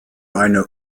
eine